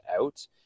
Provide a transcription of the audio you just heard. out